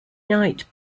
night